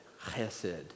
chesed